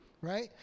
right